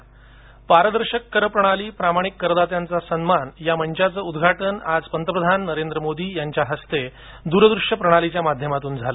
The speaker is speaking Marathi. कर प्रणाली सुधारणा पारदर्शक कर प्रणाली प्रामाणिक करदात्यांचा सन्मान या मंचाचं उद्घाटन आज पंतप्रधान नरेंद्र मोदी यांच्या हस्ते दूरदृष्य प्रणालीच्या माध्यमातून झालं